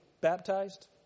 baptized